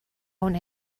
una